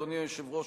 אדוני היושב-ראש,